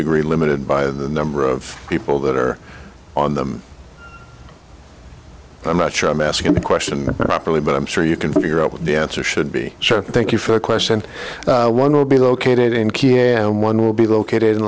degree limited by the number of people that are on them i'm not sure i'm asking the question properly but i'm sure you can figure out what the answer should be sure thank you for question one will be located in key and one will be located in